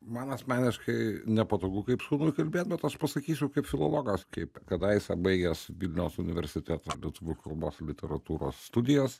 man asmeniškai nepatogu kaip sūnui kalbėt bet aš pasakysiu kaip filologas kaip kadaise baigęs vilniaus universiteto lietuvių kalbos literatūros studijas